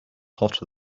hotter